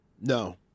No